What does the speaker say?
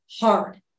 hard